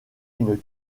une